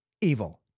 Evil